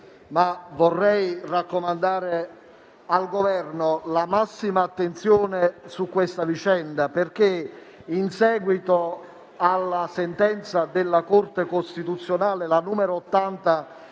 vorrei raccomandare al Governo la massima attenzione su questa vicenda perché, in seguito alla sentenza della Corte costituzionale n. 80